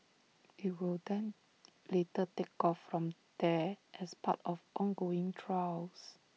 IT will then later take off from there as part of ongoing trials